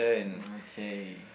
mm okay